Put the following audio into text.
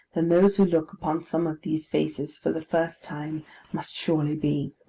than those who look upon some of these faces for the first time must surely be.